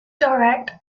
direct